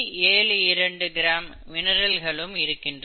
72 gram மினரல்களும் இருக்கின்றன